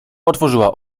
otworzyła